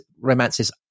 romances